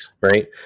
Right